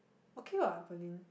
okay what Pearlyn